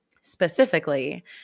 Specifically